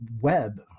web